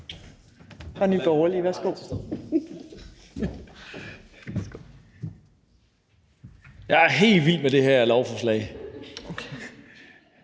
også helt vild med det her lovforslag.